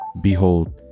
behold